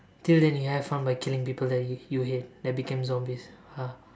till then you'll have fun by killing people that you hate that became zombies ha